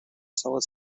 solid